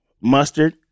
mustard